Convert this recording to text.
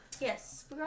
Yes